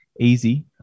easy